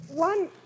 One